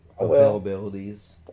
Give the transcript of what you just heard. availabilities